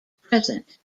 present